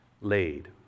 laid